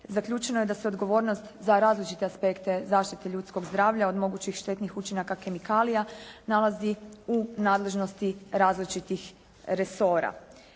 zaključeno je da se odgovornost za različite aspekte zaštite ljudskog zdravlja, od mogućih štetnih učinaka kemikalija nalazi u nadležnosti različitih resora.